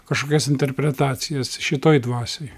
kažkokias interpretacijas šitoj dvasioj